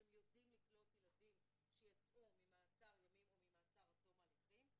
שהם יודעים לקלוט ילדים שיצאו ממעצר ימים או ממעצר עד תום ההליכים,